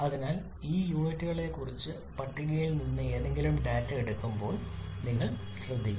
അതിനാൽ ഈ യൂണിറ്റുകളെക്കുറിച്ച് പട്ടികയിൽ നിന്ന് ഏതെങ്കിലും ഡാറ്റ എടുക്കുമ്പോൾ നിങ്ങൾ ശ്രദ്ധിക്കണം